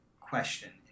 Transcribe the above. question